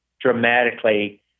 dramatically